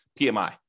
PMI